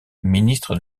ministre